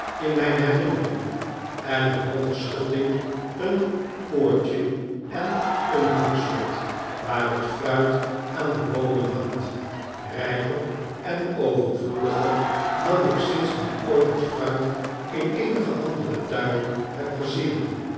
in mijn herinnering en een hooge schutting een poortje en een hangslot waar het fruit aan de boomen hangt rijper en overvloediger dan ik sindsdien ooit het fruit in eenigen anderen tuin heb gezien